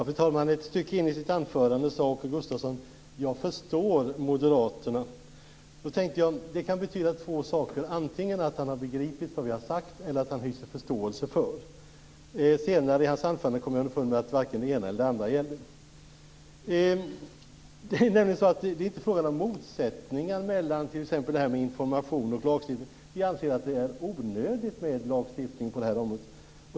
Fru talman! Ett stycke in i sitt anförande sade Åke Gustavsson: Jag förstår moderaterna. Jag tänkte då att det kan betyda två saker, antingen att han har begripit vad vi har sagt eller att han hyser förståelse för det. Senare i hans anförande kom jag underfund med att varken det ena eller det andra gäller. Det är nämligen inte fråga om motsättningar mellan t.ex. information och lagstiftning. Vi anser att det är onödigt med lagstiftning på det här området.